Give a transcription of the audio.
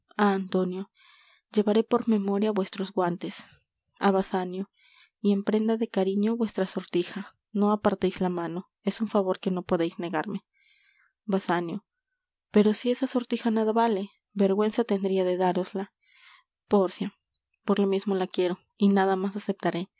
antonio llevaré por memoria vuestros guantes á basanio y en prenda de cariño vuestra sortija no aparteis la mano es un favor que no podeis negarme basanio pero si esa sortija nada vale vergüenza tendria de dárosla pórcia por lo mismo la quiero y nada más aceptaré